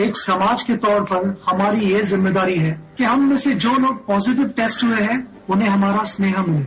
एक समाज के तौर पर हमारी ये जिम्मेदारी है कि हम में से जो लोग पॉजिटिव टेस्ट हुए हैं उन्हें हमारा स्नेह मिले